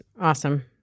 awesome